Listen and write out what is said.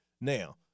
Now